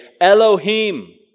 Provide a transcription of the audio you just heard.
Elohim